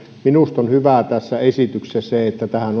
minusta on hyvää tässä esityksessä se että tähän